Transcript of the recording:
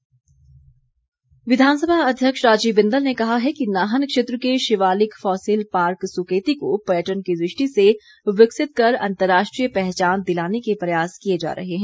बिंदल विधानसभा अध्यक्ष राजीव बिंदल ने कहा है कि नाहन क्षेत्र के शिवालिक फॉसिल पार्क सुकेती को पर्यटन की दृष्टि से विकसित कर अंतर्राष्ट्रीय पहचान दिलाने के प्रयास किए जा रहे हैं